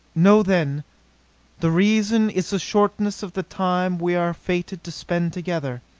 know, then the reason is the shortness of the time we are fated to spend together.